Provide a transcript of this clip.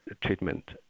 treatment